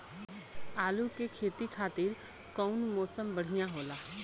आलू के खेती खातिर कउन मौसम बढ़ियां होला?